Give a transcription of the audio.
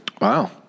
Wow